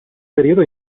periodo